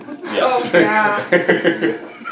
Yes